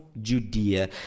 Judea